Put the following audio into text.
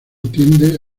tiende